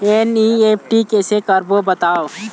NEFT कैसे करबो बताव?